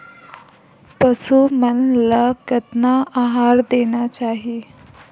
पशु मन ला कतना आहार देना चाही?